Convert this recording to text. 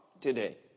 today